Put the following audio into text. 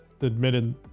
admitted